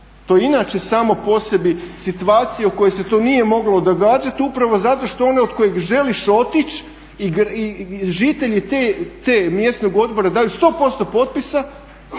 To je i inače samo po sebi situacija u kojoj se to nije moglo odgađati, upravo zato što onaj od kojeg želiš otići i žitelji te, tog mjesnog odbora daju 100% potpisa